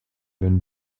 wenn